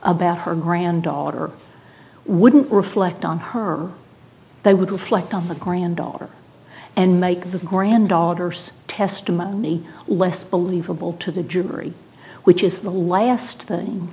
about her granddaughter wouldn't reflect on her they would reflect on the granddaughter and make the granddaughters testimony less believable to the jury which is the last thing